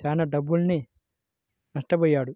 చానా డబ్బులు నట్టబొయ్యాడు